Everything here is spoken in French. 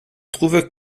trouvent